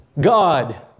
God